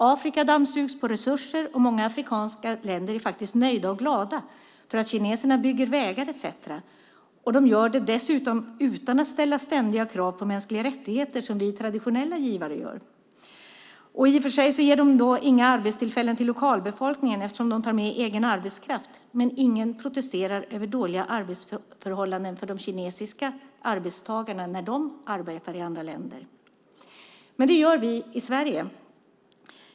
Afrika dammsugs på resurser, och många afrikanska länder är faktiskt nöjda och glada för att kineserna bygger vägar etcetera. De gör det dessutom utan att ställa ständiga krav på mänskliga rättigheter, som vi traditionella givare gör. I och för sig ger det då inga arbetstillfällen till lokalbefolkningen eftersom de tar med egen arbetskraft, men ingen protesterar över dåliga arbetsförhållanden för de kinesiska arbetstagarna när de arbetar i andra länder. Men det gör vi i Sverige.